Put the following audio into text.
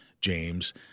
James